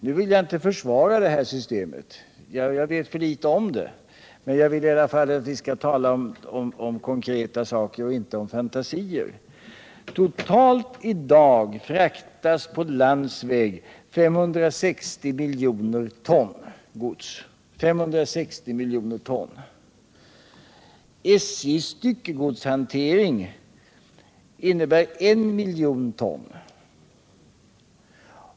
Nu vill jag inte försvara det här systemet — jag vet för litet om det — men jag vill i alla fall att vi skall tala om konkreta saker och inte om fantasier. I dag fraktas totalt på landsväg 560 miljoner ton gods. SJ:s styckegodshantering omfattar I miljon ton.